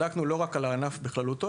בדקנו לא רק את הענף בכללותו,